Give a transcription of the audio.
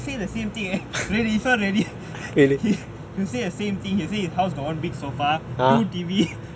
say the same thing eh this [one] really he he say his house got one big sofa two T_V